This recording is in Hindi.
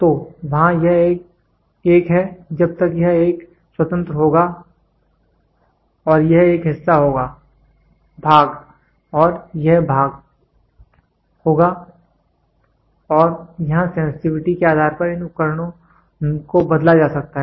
तो यहाँ यह एक है जब तक यह एक स्वतंत्र होगा और यह एक हिस्सा होगा भाग I और यह भाग II होगा और यहाँ सेंसटिविटी के आधार पर इन उपकरणों को बदला जा सकता है